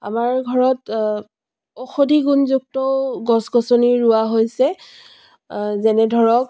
আমাৰ ঘৰত ঔষধি গুণযুক্তও গছ গছনিও ৰোৱা হৈছে যেনে ধৰক